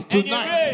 Tonight